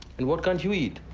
and what can't you eat?